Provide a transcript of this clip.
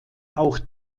auch